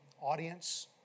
audience